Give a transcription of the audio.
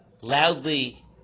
loudly